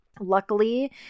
Luckily